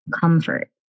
comfort